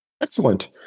Excellent